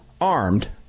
armed